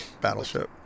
Battleship